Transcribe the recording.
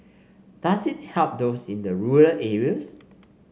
does it help those in the rural areas